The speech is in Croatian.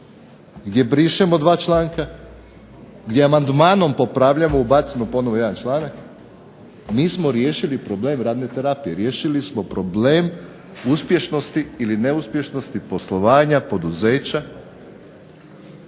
gdje brišemo dva članka, gdje amandmanom popravljamo, ubacimo ponovo jedan članak, mi smo riješili problem radne terapije, riješili smo problem uspješnosti ili neuspješnosti poslovanja poduzeća